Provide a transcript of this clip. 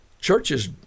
Churches